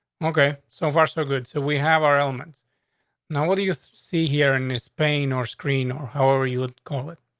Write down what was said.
okay. so far, so good. so we have our elements now. what do you see here in this pain or screen, or how are you would call it.